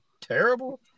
terrible